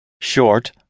Short